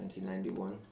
1991